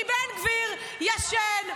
כי בן גביר ישן,